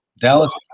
Dallas